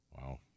Wow